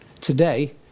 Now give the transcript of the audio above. Today